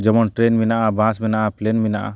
ᱡᱮᱢᱚᱱ ᱴᱨᱮᱱ ᱢᱮᱱᱟᱜᱼᱟ ᱵᱟᱥ ᱢᱮᱱᱟᱜᱼᱟ ᱯᱞᱮᱱ ᱢᱮᱱᱟᱜᱼᱟ